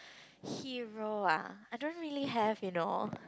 hero ah I don't really have you know